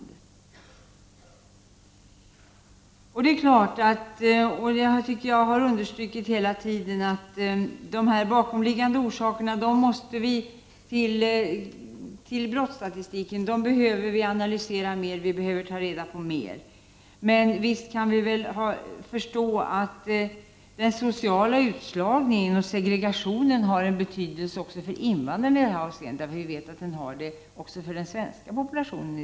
Det är klart att vi måste analysera de bakomliggande orsakerna till brotten ytterligare, vilket jag hela tiden har understrukit. Men visst kan vi förstå att den sociala utslagningen och segregationen har en betydelse också för invandrarna, vi vet ju att de har betydelse för den svenska populationen.